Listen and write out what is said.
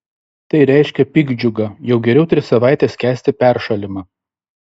tai reiškia piktdžiugą jau geriau tris savaites kęsti peršalimą